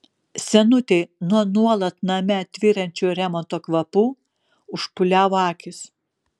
senutei nuo nuolat name tvyrančių remonto kvapų užpūliavo akys